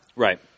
Right